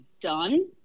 done